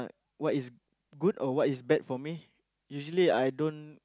what is good or what is bad for me usually I don't